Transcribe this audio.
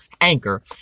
Anchor